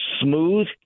smooth